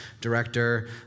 director